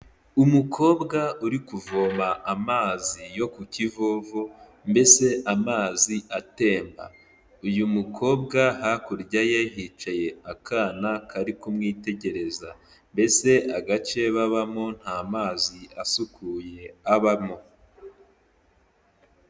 Umukobwa uri kuvoma amazi yo ku kivovo mbese amazi atemba, uyu mukobwa hakurya ye hicaye akana kari kumwitegereza, mbese agace babamo nta mazi asukuye abamo.